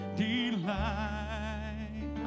delight